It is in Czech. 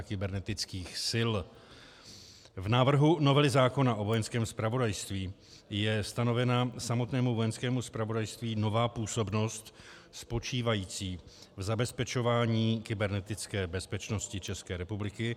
V návrhu novely zákona o Vojenském zpravodajství je stanovena samotnému Vojenskému zpravodajství nová působnost spočívající v zabezpečování kybernetické bezpečnosti České republiky.